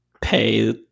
pay